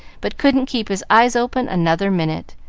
but couldn't keep his eyes open another minute,